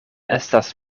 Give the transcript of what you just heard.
estas